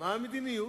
מה המדיניות".